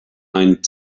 ein